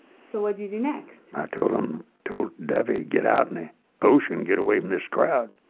so what did you do next? i told him told duffy to get out in the ocean, get away from this crowd,